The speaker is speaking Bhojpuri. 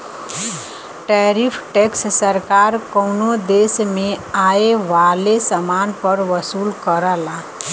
टैरिफ टैक्स सरकार कउनो देश में आये वाले समान पर वसूल करला